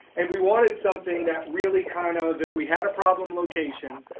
and we wanted something that really kind of, if we had a problem location,